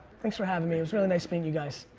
thanks for havin' me, it was really nice meeting you guys.